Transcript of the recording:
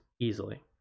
easily